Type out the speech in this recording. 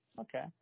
Okay